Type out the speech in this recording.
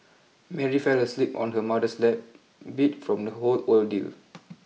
Mary fell asleep on her mother's lap beat from the whole ordeal